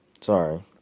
Sorry